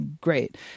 great